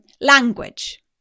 language